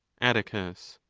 atticus.